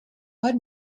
what